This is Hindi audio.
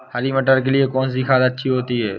हरी मटर के लिए कौन सी खाद अच्छी होती है?